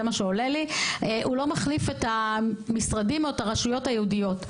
את הרשויות הייעודיות.